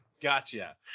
Gotcha